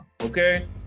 okay